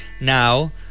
Now